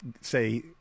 say